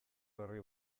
berri